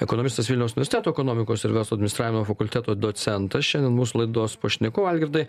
ekonomistas vilniaus universiteto ekonomikos ir verslo administravimo fakulteto docentas šiandien mūsų laidos pašnekovai algirdai